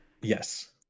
Yes